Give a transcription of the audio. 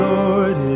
Lord